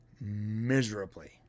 miserably